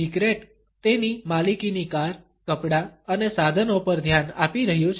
secret તેની માલિકીની car કપડાં અને સાધનો પર ધ્યાન આપી રહ્યું છે